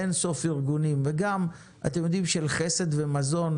אין-סוף ארגונים, וגם של חסד ומזון.